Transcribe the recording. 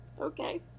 Okay